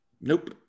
Nope